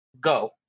go